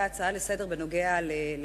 היתה הצעה לסדר-היום בנוגע לפריפריה,